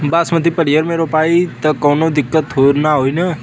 बासमती पलिहर में रोपाई त कवनो दिक्कत ना होई न?